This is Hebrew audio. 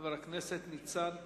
חבר הכנסת ניצן הורוביץ.